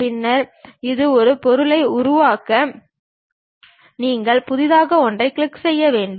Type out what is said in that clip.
பின்னர் ஒரு பொருளை உருவாக்க நீங்கள் புதிதாக ஒன்றைக் கிளிக் செய்ய வேண்டும்